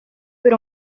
per